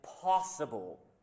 possible